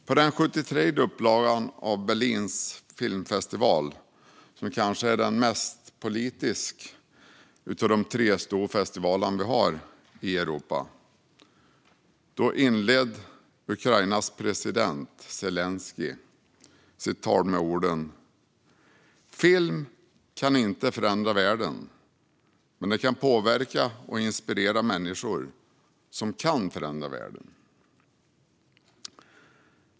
På den 73:e upplagan av Berlins filmfestival, som kanske är den mest politiska av de tre stora festivalerna i Europa, inledde Ukrainas president Zelenskyj sitt tal med orden: Film kan inte förändra världen, men den kan påverka och inspirera människor som kan förändra världen.